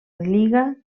lliga